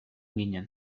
ginen